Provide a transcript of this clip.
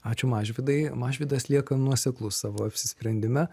ačiū mažvydai mažvydas lieka nuoseklus savo apsisprendime